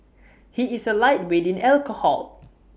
he is A lightweight in alcohol